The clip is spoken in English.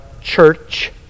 church